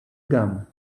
gum